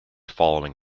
following